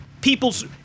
People's